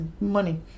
money